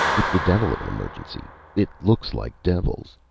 it's the devil of an emergency it looks like devils!